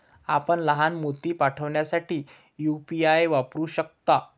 आपण लहान मोती पाठविण्यासाठी यू.पी.आय वापरू शकता